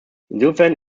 insofern